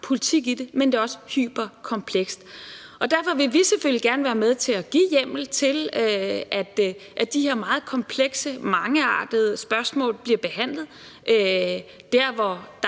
politik i det, men det er også hyperkomplekst. Derfor vil vi selvfølgelig gerne være med til at give hjemmel til, at de her meget komplekse og mangeartede spørgsmål bliver behandlet der, hvor der